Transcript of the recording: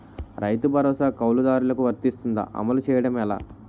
రైతు భరోసా కవులుదారులకు వర్తిస్తుందా? అమలు చేయడం ఎలా